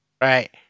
Right